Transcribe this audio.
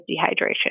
dehydration